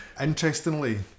Interestingly